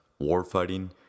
warfighting